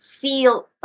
Feel